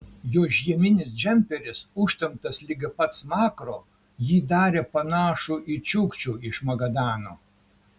jo žieminis džemperis užtemptas ligi pat smakro jį darė panašų į čiukčių iš magadano